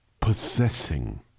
possessing